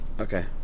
Okay